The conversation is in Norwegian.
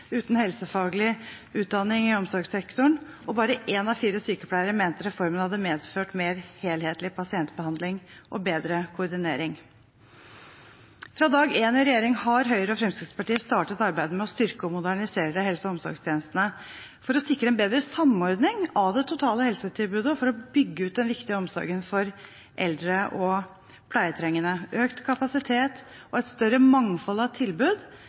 uten helsefaglig utdanning i omsorgssektoren, og bare én av fire sykepleiere mente reformen hadde medført mer helhetlig pasientbehandling og bedre koordinering. Fra dag én i regjering har Høyre og Fremskrittspartiet startet arbeidet med å styrke og modernisere helse- og omsorgstjenestene for å sikre en bedre samordning av det totale helsetilbudet og for å bygge ut den viktige omsorgen for eldre og pleietrengende. Økt kapasitet og et større mangfold av tilbud